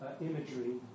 imagery